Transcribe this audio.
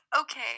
okay